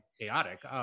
chaotic